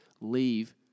leave